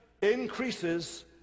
increases